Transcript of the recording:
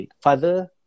father